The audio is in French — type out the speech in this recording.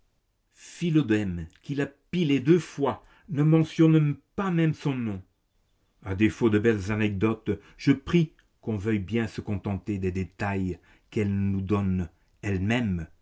philodème qui l'a pillée deux fois ne mentionne pas même son nom à défaut de belles anecdotes je prie qu'on veuille bien se contenter des détails qu'elle nous donne elle-même